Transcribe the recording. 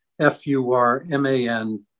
F-U-R-M-A-N